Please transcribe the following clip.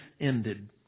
ended